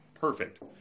Perfect